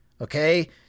Okay